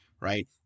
right